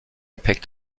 picked